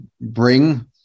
bring